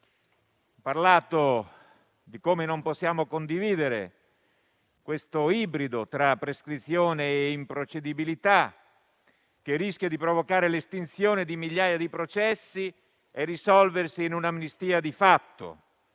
Ho parlato di come non possiamo condividere questo ibrido tra prescrizione e improcedibilità, che rischia di provocare l'estinzione di migliaia di processi e risolversi in un'amnistia di fatto.